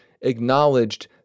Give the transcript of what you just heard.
acknowledged